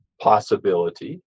possibility